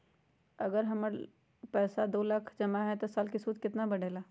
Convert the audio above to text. अगर हमर पैसा दो लाख जमा है त साल के सूद केतना बढेला?